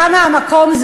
הנמקה מהמקום?